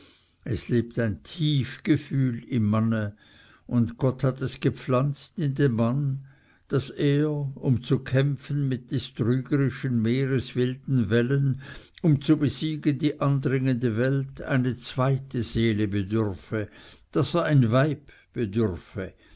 es lebt ein tief gefühl im manne und gott hat es gepflanzt in den mann daß er um zu kämpfen mit des trügerischen meeres wilden wellen um zu besiegen die andringende welt eine zweite seele bedürfe daß er ein weib bedürfe